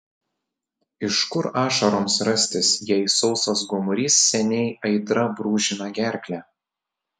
iš kur ašaroms rastis jei sausas gomurys seniai aitra brūžina gerklę